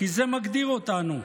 כי זה מגדיר אותנו.